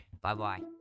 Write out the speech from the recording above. Bye-bye